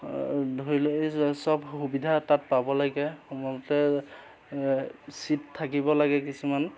ধৰি লৈ সব সুবিধা তাত পাব লাগে সময়মতে চিট থাকিব লাগে কিছুমান